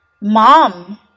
Mom